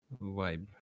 vibe